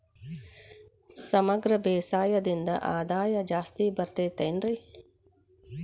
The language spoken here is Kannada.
ಸಮಗ್ರ ಬೇಸಾಯದಿಂದ ಆದಾಯ ಜಾಸ್ತಿ ಬರತೈತೇನ್ರಿ?